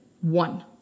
one